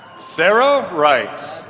sarah wright.